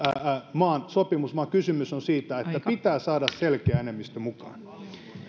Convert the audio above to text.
maan sopimus vaan kysymys on siitä että pitää saada selkeä enemmistö mukaan